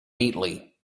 neatly